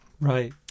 Right